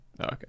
Okay